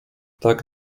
tak